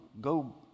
go